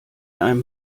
einem